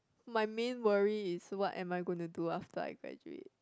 my main worry is what am I going to do after I graduate